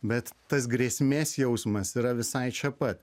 bet tas grėsmės jausmas yra visai čia pat